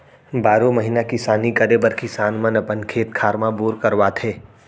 बारो महिना किसानी करे बर किसान मन अपन खेत खार म बोर करवाथे